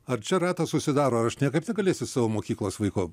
ar čia ratas užsidaro ar aš niekaip negalėsiu savo mokyklos vaiko